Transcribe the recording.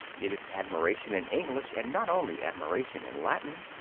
it is admiration in english and not only admiration in latin.